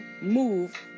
move